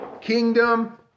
kingdom